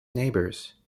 neighbours